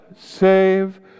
save